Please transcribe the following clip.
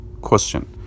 question